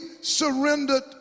surrendered